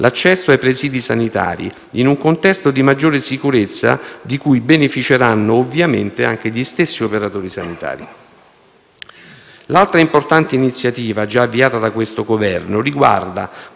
l'accesso ai presidi sanitari, in un contesto di maggiore sicurezza di cui beneficeranno, ovviamente, anche gli stessi operatori sanitari. L'altra importante iniziativa già avviata da questo Governo riguarda,